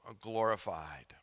glorified